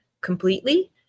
completely